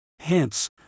Hence